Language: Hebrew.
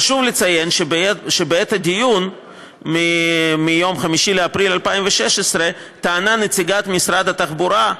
חשוב לציין שבעת הדיון ב-5 באפריל 2016 טענה נציגת משרד התחבורה,